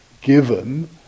given